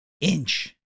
inch